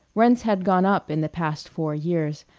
rents had gone up in the past four years,